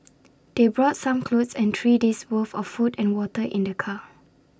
they brought some clothes and three days' worth of food and water in their car